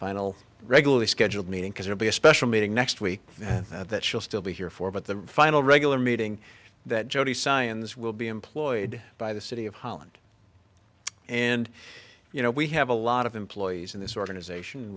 final regularly scheduled meeting because it'll be a special meeting next week and that she'll still be here for but the final regular meeting that jodi scions will be employed by the city of holland and you know we have a lot of employees in this organization